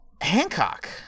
Hancock